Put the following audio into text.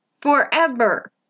forever